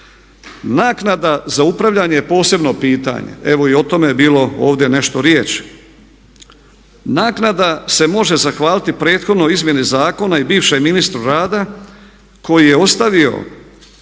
Naknada za upravljanje je posebno pitanje. Evo i o tome je bilo ovdje nešto riječi. Naknada se može zahvaliti prethodnoj izmjeni zakona i bivšem ministru rada koji je ostavio